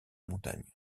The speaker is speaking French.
montagne